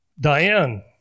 Diane